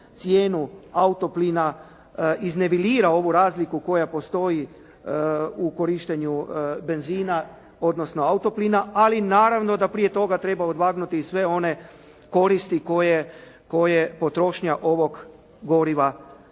cijenu auto plina iznevilira ovu razliku koja postoji u korištenju benzina, odnosno auto plina, ali naravno da prije toga treba odvagnuti i sve one koristi koje potrošnja ovog goriva